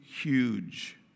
huge